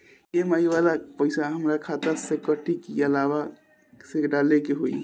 EMI वाला पैसा हाम्रा खाता से कटी की अलावा से डाले के होई?